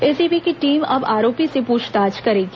ACB की team अब आरोपी से पुछताछ करेगी